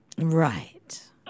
Right